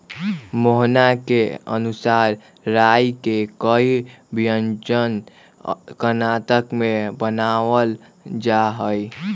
मोहना के अनुसार राई के कई व्यंजन कर्नाटक में बनावल जाहई